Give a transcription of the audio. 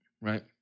right